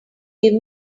give